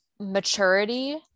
maturity